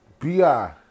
BI